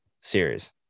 series